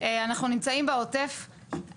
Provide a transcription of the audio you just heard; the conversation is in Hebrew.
אנחנו נמצאים בעוטף,